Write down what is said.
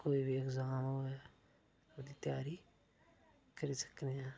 कोई बी इंग्जाम होऐ ओहदी त्यारी करी सकने आं